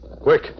Quick